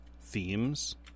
themes